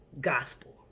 Gospel